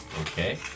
Okay